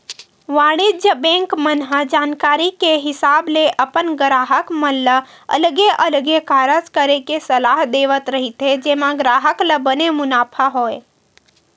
वाणिज्य बेंक मन ह जानकारी के हिसाब ले अपन गराहक मन ल अलगे अलगे कारज करे के सलाह देवत रहिथे जेमा ग्राहक ल बने मुनाफा होय